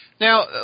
Now